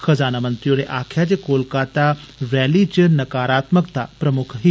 खजानामंत्री होरें आक्खेआ जे कोलकत्ता रैली च नकारात्मकता प्रमुक्ख ही